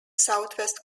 southwest